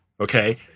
okay